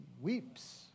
Weeps